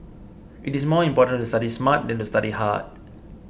it is more important to study smart than to study hard